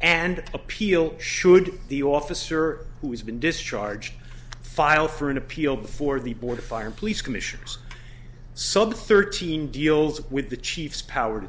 and appeal should the officer who has been discharged file for an appeal before the board of fire police commissioner's sub thirteen deals with the chiefs power to